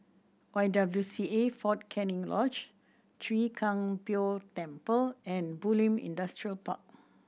Y W C A Fort Canning Lodge Chwee Kang Beo Temple and Bulim Industrial Park